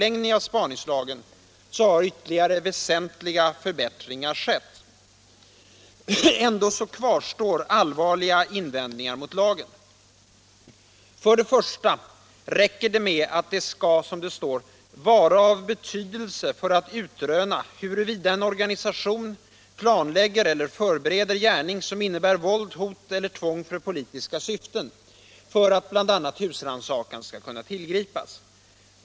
Ändå kvarstår allvarliga invändningar mot lagen. För det första räcker det med att det skall ”vara av betydelse för att utröna huruvida en organisation ——-— planlägger eller förbereder gärning som innebär våld, hot eller tvång för politiska syften” för att bl.a. husrannsakan skall kunna tillgripas.